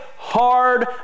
hard